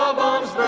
ah bombs